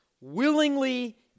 willingly